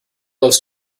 loves